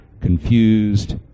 confused